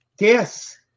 Yes